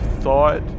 thought